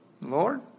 Lord